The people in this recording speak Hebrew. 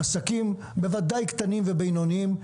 עסקים, בוודאי קטנים ובינוניים,